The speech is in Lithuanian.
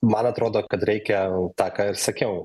man atrodo kad reikia tą ką ir sakiau